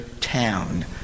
town